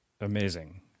Amazing